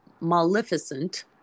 Maleficent